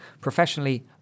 professionally